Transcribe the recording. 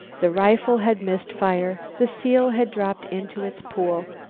the rifle had missed fire the seal had dropped into its pool.